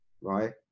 Right